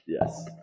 Yes